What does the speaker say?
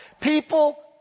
People